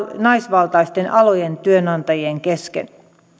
naisvaltaisten alojen työnantajien kesken